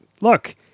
look